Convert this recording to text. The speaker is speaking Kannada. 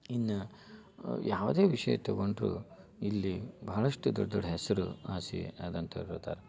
ಇನ್ನು ಯಾವುದೇ ವಿಷಯ ತಗೊಂಡ್ರೂ ಇಲ್ಲಿ ಬಹಳಷ್ಟು ದೊಡ್ಡ ದೊಡ್ಡ ಹೆಸರು ಆಸೆ ಆದಂಥವ್ರು ಇರ್ತಾರೆ